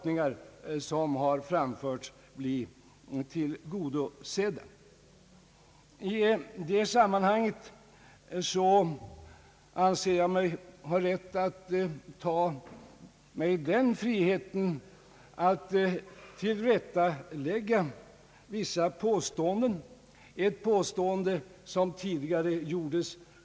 I det sammanhanget anser jag mig ha rätt att ta mig den friheten att tillrättalägga vissa påståenden som tidigare gjorts.